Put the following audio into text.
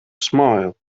smile